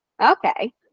okay